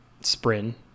sprint